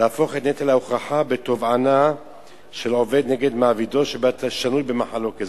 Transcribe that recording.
להפוך את נטל ההוכחה בתובענה של עובד נגד מעבידו ששנוי במחלוקת.